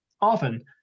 Often